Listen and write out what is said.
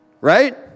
right